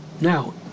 now